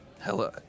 Hello